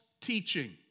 teaching